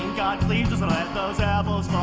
god please just let those apples